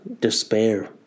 despair